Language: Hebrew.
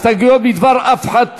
הסתייגויות בדבר תוספת